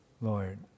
Lord